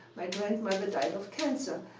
my grandmother died of cancer,